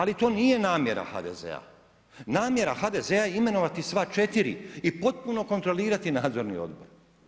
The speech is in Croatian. Ali to nije namjera HDZ-a, namjera HDZ-a je imenovati sva četiri i potpuno kontrolirati nadzorni odbor.